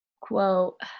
Quote